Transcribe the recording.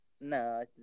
No